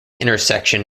intersection